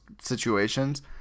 situations